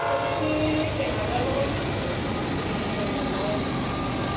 চবখিনি দেৰহাজাৰ টকামান আহিব গোটেইখিনি কৰিব দিলে ব্লাউজ